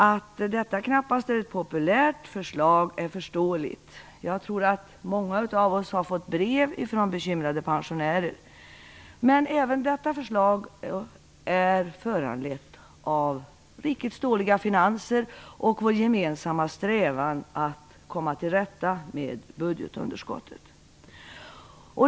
Att detta knappast är ett populärt förslag är förståeligt, och jag tror att många av oss har fått brev från bekymrade pensionärer. Men även detta förslag är föranlett av rikets dåliga finanser och vår gemensamma strävan att komma till rätta med budgetunderskottet.